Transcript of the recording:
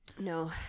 No